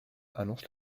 annonce